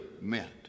meant